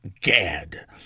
Gad